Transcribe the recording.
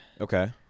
Okay